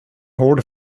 hård